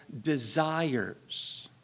desires